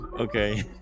Okay